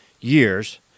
years